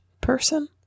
person